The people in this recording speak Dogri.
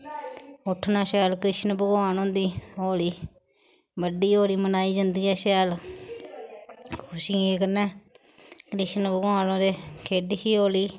उट्ठना शैल कृष्ण भगवान हुंदी होली बड्डी होली बनाई जंदी ऐ शैल खुशियें कन्नै कृष्ण भगवान होरें खेढी ही होली